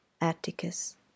Atticus